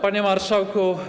Panie Marszałku!